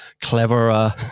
cleverer